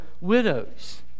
widows